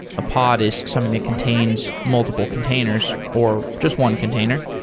a pod is something that contains multiple containers or just one container.